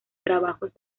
trabajos